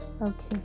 okay